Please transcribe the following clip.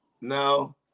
no